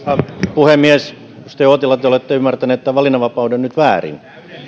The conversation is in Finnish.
puhemies edustaja uotila te olette nyt ymmärtänyt tämän valinnanvapauden väärin